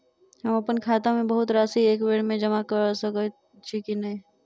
हम अप्पन खाता मे बहुत राशि एकबेर मे जमा कऽ सकैत छी की नै?